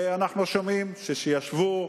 אנחנו שומעים שישבו,